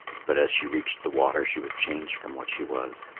but as she reached the water, she was changed from what she was.